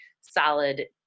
solid